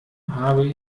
habe